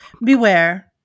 Beware